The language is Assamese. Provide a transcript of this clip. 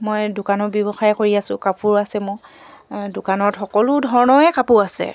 মই দোকানৰ ব্যৱসায় কৰি আছোঁ কাপোৰ আছে মোৰ দোকানত সকলো ধৰণৰে কাপোৰ আছে